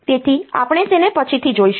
તેથી આપણે તેમને પછી જોઈશું